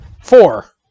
four